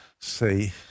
say